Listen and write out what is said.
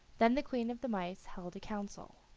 then the queen of the mice held a council.